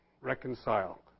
reconcile